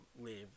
live